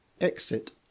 exit